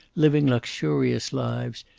living luxurious lives,